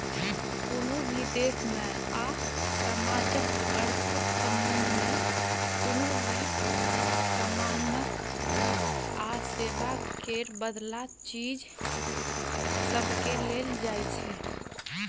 कुनु भी देश में आ समाजक अर्थक संबंध में कुनु भी समानक आ सेवा केर बदला चीज सबकेँ लेल जाइ छै